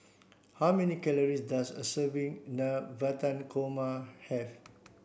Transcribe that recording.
how many calories does a serving Navratan Korma have